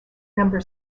number